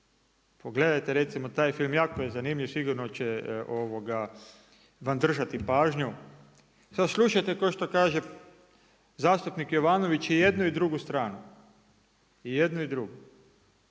pogledajte recimo taj film, jako je zanimljiv sigurno će vam držati pažnju. Sada slušajte kao što kaže zastupnik Jovanović je jednu i drugu stranu i jednu i drugu